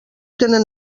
tenen